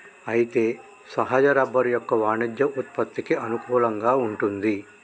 అయితే సహజ రబ్బరు యొక్క వాణిజ్య ఉత్పత్తికి అనుకూలంగా వుంటుంది